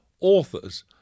Authors